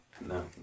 No